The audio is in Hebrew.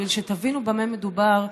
ובשביל שתבינו במה מדובר,